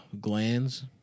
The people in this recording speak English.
glands